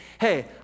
hey